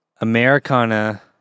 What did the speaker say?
Americana